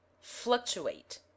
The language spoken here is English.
Fluctuate